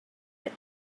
bit